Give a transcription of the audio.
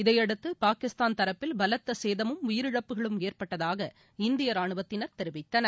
இதையடுத்துபாகிஸ்தான் தரப்பில் பலத்தசேதமும் உயிரிழப்புகளும் ஏற்பட்டதாக இந்தியரானுவத்தினர் தெரிவித்தனர்